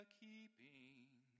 keeping